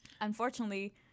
Unfortunately